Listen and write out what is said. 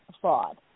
fraud